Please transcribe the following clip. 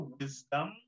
wisdom